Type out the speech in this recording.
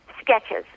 sketches